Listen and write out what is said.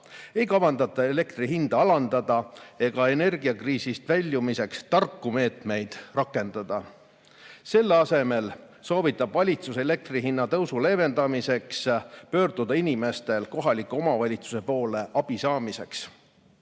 ei kavandata elektri hinda alandada ega energiakriisist väljumiseks tarku meetmeid rakendada. Selle asemel soovitab valitsus elektri hinna tõusu leevendamiseks pöörduda inimestel kohaliku omavalitsuse poole abi saamiseks.